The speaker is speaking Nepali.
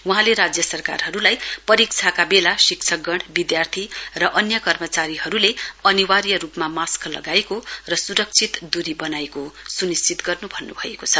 वहाँले राज्य सरकारहरूलाई परीक्षाका वेला शिक्षकगण विधार्थी र अन्य कर्मचारीहरूले अनिवार्य रूपमा मास्क लगाएको र सुरक्षित दुरी बनाएको सुनिश्चित गर्नु भन्न्भएको छ